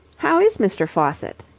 how is mr. faucitt?